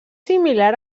similar